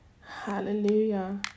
Hallelujah